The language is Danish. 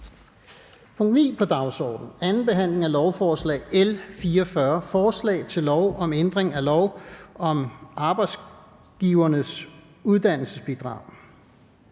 punkt på dagsordenen er: 9) 2. behandling af lovforslag nr. L 44: Forslag til lov om ændring af lov om Arbejdsgivernes Uddannelsesbidrag.